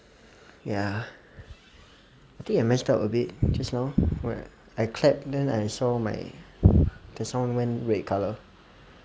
ya I think I messed up a bit just now right I clapped then I saw my the sound went red colour